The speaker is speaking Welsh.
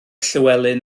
llywelyn